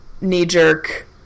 knee-jerk